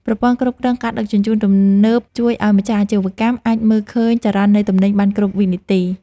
ប្រព័ន្ធគ្រប់គ្រងការដឹកជញ្ជូនទំនើបជួយឱ្យម្ចាស់អាជីវកម្មអាចមើលឃើញចរន្តនៃទំនិញបានគ្រប់វិនាទី។